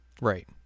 Right